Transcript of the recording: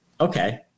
okay